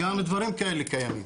גם דברים כאלה קיימים.